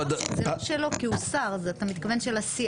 אתה מתכוון שזה לא שלו כי הוא שר אלא של הסיעה.